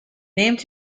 named